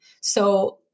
So-